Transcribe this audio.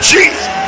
Jesus